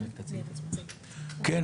כן.